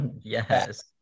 yes